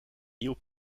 nieuw